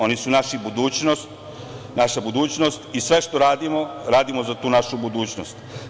Oni su naša budućnost i sve što radimo, radimo za tu našu budućnost.